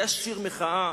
זה היה שיר מחאה,